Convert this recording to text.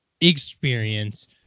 experience